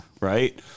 right